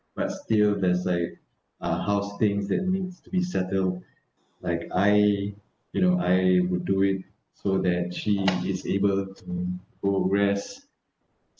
but still there's like uh house things that needs to be settled like I you know I would do it so that she is able to go and rest